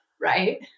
right